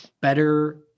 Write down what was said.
better